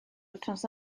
wythnos